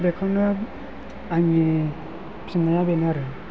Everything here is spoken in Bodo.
बेखौनो आंनि फिन्नाया बेनो आरो